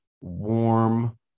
warm